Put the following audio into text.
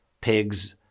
pigs